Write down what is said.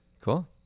cool